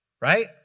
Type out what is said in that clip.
Right